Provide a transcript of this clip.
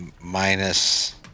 minus